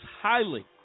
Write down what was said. highly